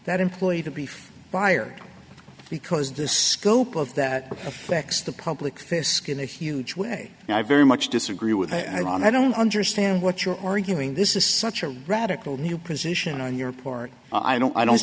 that employee to be fired because the scope of that affects the public fisk in a huge way and i very much disagree with i don't i don't understand what you're arguing this is such a radical new position on your part i don't i don't